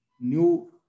new